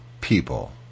people